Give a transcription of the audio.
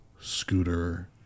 Scooter